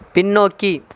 பின்னோக்கி